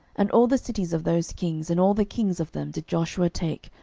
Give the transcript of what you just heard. and all the cities of those kings, and all the kings of them, did joshua take,